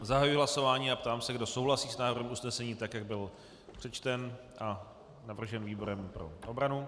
Zahajuji hlasování a ptám se, kdo souhlasí s návrhem usnesení tak, jak byl přečten a navržen výborem pro obranu.